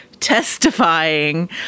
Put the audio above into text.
testifying